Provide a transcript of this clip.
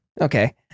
Okay